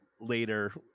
later